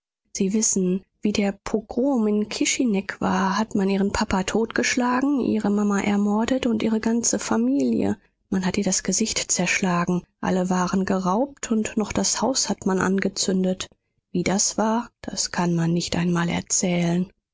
sie wissen wie der pogrom in kischineg war hat man ihren papa totgeschlagen ihre mama ermordet und ihre ganze familie man hat ihr das gesicht zerschlagen alle waren geraubt und noch das haus hat man angezündet wie das war das kann man nicht einmal erzählen